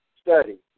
Study